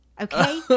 Okay